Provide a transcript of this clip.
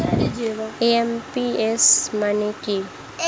IMPS মানে কি?